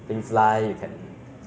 就是飞会比较好 lor